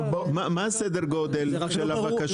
מה הסדר גודל של הבקשות?